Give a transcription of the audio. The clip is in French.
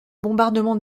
bombardement